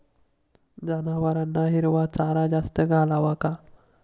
जनावरांना हिरवा चारा जास्त घालावा का?